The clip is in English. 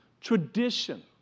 Tradition